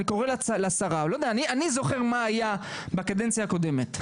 אני קורא לשרה אני זוכר מה היה בקדנציה הקודמת.